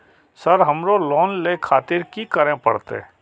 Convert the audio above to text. Sir हमरो loan ले खातिर की करें परतें?